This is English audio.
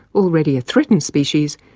already a threatened species,